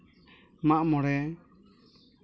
ᱢᱟᱜ ᱢᱚᱬᱮ